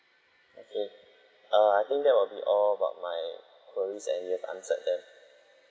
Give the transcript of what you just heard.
okay err I think that will be all about my queries and you've answered them